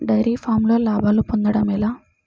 Dairy ఫామ్లో లాభాలు పొందడం ఎలా?